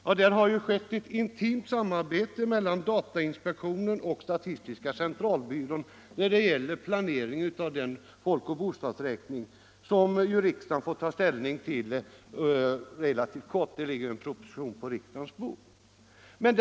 Ja, det har ju skett ett intimt samarbete mellan datainspektionen och statistiska centralbyrån när det gäller planeringen av denna folkoch bostadsräkning, som riksdagen får ta ställning till inom relativt kort tid — det ligger som bekant en proposition på riksdagens bord.